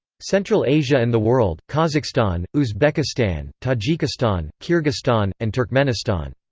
central asia and the world kazakhstan, uzbekistan, tajikistan, kyrgyzstan, and turkmenistan.